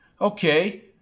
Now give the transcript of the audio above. Okay